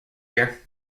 year